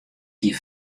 hie